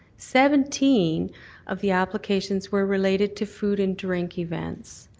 seventeen of the applications were related to food and drink events.